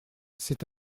c’est